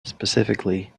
specifically